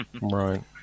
Right